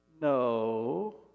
No